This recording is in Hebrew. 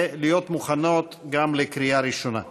ולהיות מוכנות גם לקריאה ראשונה.